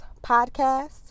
Podcast